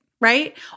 right